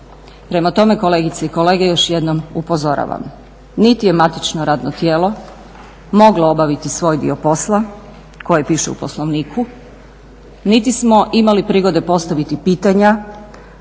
Prema tome, kolegice i kolege još jednom upozoravam, niti je matično radno tijelo moglo obaviti svoj dio posla koji piše u Poslovniku, niti smo imali prigode postaviti pitanja.